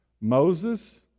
Moses